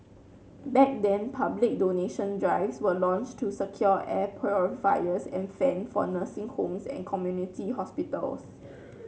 back then public donation drives were launched to secure air purifiers and fan for nursing homes and community hospitals